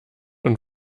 und